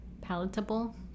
Palatable